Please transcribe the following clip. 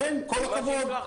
כן, כל הכבוד.